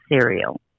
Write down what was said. cereal